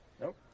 Nope